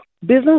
business